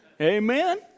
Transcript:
Amen